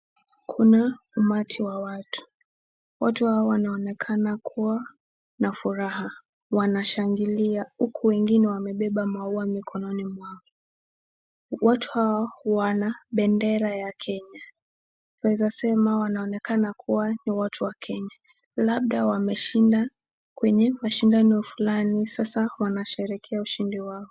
Kuna umati wa watu. Watu hawa wanaonekana kuwa na furaha. Wanashangilia huku wengine wamebeba maua mikononi mwao. Watu hawa wana bendera ya Kenya. Tunaweza sema wanaonekana kuwa ni watu wa Kenya labda wameshinda kwenye mashindano fulani sasa wanasherehekea ushindi wao.